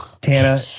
Tana